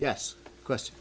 yes question